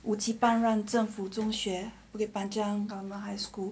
武吉班让政府中学 bukit panjang government high school